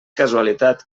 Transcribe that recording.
casualitat